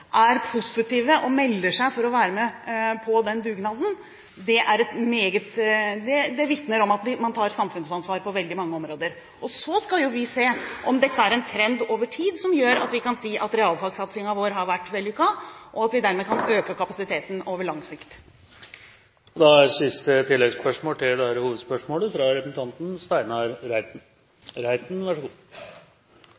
er positive og melder seg til å være med på den dugnaden. Det vitner om at man tar samfunnsansvar på veldig mange områder. Så får vi se om dette er en trend over tid, som gjør at vi kan si at realfagsatsingen vår har vært vellykket, og at vi dermed kan øke kapasiteten på lang sikt. Steinar Reiten – til siste oppfølgingsspørsmål. For temmelig nøyaktig ett år siden sendte Kunnskapsdepartementet ut et brev til fylkeskommunene med signal om at det